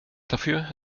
dafür